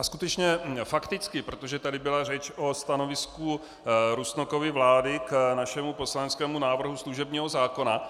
Skutečně fakticky, protože tady byla řeč o stanovisku Rusnokovy vlády k našemu poslaneckému návrhu služebního zákona.